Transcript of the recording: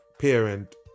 parent